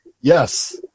Yes